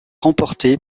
remportée